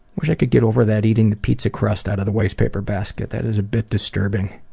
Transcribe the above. wish i could get over that eating the pizza crust out of the wastepaper basket, that is a bit disturbing.